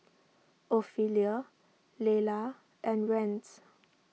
Ophelia Leila and Rance